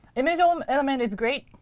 image um element is great,